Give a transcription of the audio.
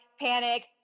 panic